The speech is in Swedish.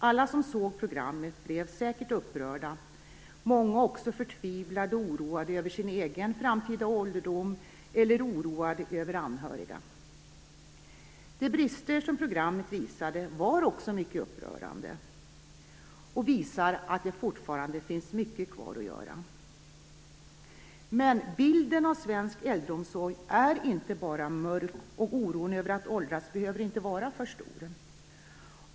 Alla som såg programmet blev säkert upprörda, och många blev också förtvivlade och oroade över sin egen framtida ålderdom eller över anhöriga. De brister som programmet visade på var också mycket upprörande, och visar att det fortfarande finns mycket kvar att göra. Men bilden av svensk äldreomsorg är inte bara mörk, och oron över att åldras behöver inte vara för stor.